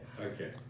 okay